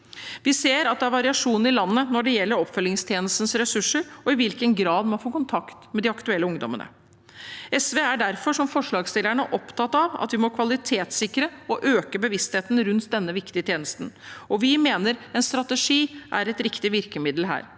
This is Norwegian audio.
Vi ser at det er variasjon i landet når det gjelder oppfølgingstjenestens ressurser og i hvilken grad man får kontakt med de aktuelle ungdommene. SV er derfor, som forslagsstillerne, opptatt av at vi må kvalitetssikre og øke bevisstheten rundt denne viktige tjenesten. Vi mener at en strategi er et riktig virkemiddel her,